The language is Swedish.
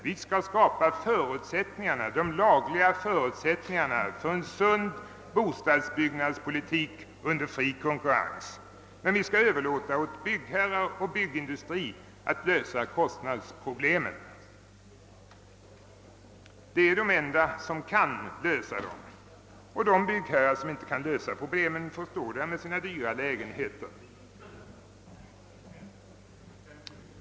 Vi skall i stället skapa de lagliga förutsättningarna för en sund bostadsbyggnadspolitik under fri konkurrens, men vi skall överlåta åt byggherrar och byggindustri att lösa kostnadsproblemen. De är de enda som kan lösa dessa problem, och de byggherrar som inte kan göra det får stå där med sina dyra lägenheter.